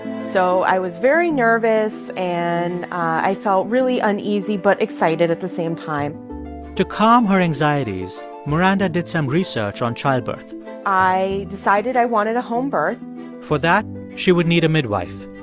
so i was very nervous, and i felt really uneasy but excited at the same time to calm her anxieties, maranda did some research on childbirth i decided i wanted a home birth for that, she would need a midwife.